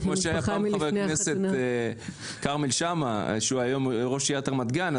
כמו שהיה עם חבר הכנסת כרמל שאמה שהיום הוא ראש עיריית רמת גן.